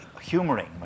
humoring